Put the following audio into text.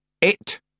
It—